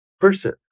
person